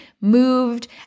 moved